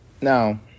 Now